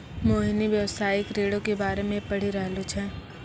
मोहिनी व्यवसायिक ऋणो के बारे मे पढ़ि रहलो छै